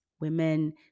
Women